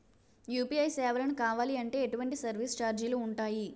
UPI సేవలను కావాలి అంటే ఎటువంటి సర్విస్ ఛార్జీలు ఉంటాయి?